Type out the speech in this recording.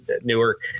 Newark